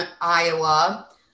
Iowa